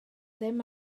ddim